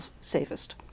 safest